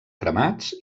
cremats